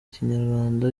ikinyarwanda